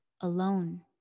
alone